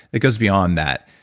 it goes beyond that.